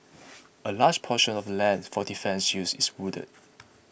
a large proportion of lands for defence use is wooded